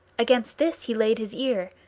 against this he laid his ear,